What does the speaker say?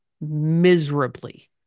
miserably